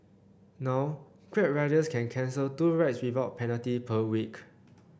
now Grab riders can cancel two rides without penalty per week